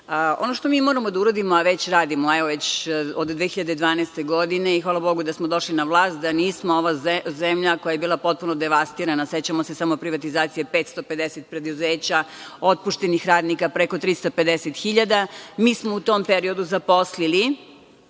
što mi moramo da uradimo, a već radimo od 2012. godine i hvala Bogu da smo došli na vlast. Da nismo, ova zemlja koja je bila potpuno devastirana, sećamo se samo privatizacije 550 preduzeća, otpuštenih radnika preko 350 hiljada. Mi smo u tom periodu zaposlili